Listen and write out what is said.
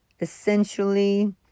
essentially